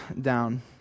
down